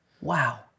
Wow